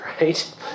right